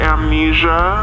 Amnesia